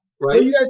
Right